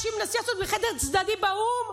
עם נשיא ארצות הברית בחדר צדדי באו"ם?